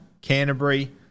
Canterbury